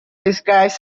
describes